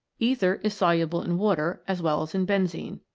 ether is soluble in water as well as in benzene.